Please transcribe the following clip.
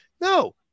No